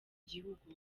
gihugu